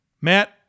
Matt